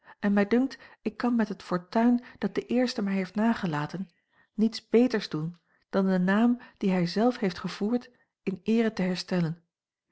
en mij dunkt ik kan met het fortuin dat de eerste mij heeft nagelaten niets beters doen dan den naam dien hij zelf heeft gevoerd in eere te herstellen